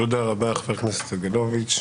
תודה רבה חבר הכנסת סגלוביץ'.